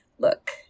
look